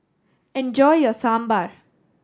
enjoy your Sambar